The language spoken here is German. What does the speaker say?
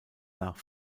nach